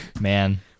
Man